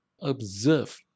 observe